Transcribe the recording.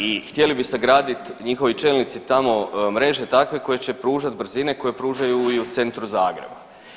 I htjeli bi sagraditi njihovi čelnici tamo mreže takve koje će pružati brzine koje pružaju i u centru Zagreba.